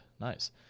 Nice